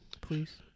please